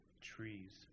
trees